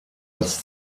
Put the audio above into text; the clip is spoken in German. als